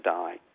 die